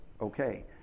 okay